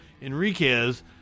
Enriquez